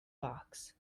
box